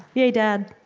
yay, dad.